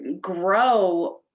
grow